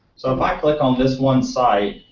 so if i click on this one site.